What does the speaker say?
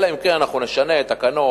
אלא אם כן אנחנו נשנה תקנות.